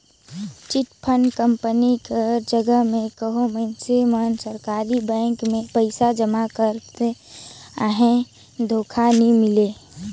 chit fund company कर जगहा में कहों मइनसे मन सरकारी बेंक में पइसा जमा करत अहें धोखा नी मिले